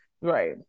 Right